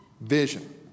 vision